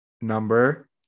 number